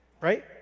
right